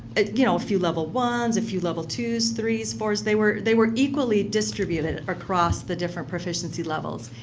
a you know few level ones, few level twos, threes, fours. they were they were equally distributed across the different proficiency levels.